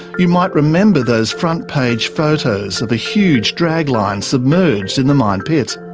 you might remember those front-page photos of a huge dragline submerged in the mine pit.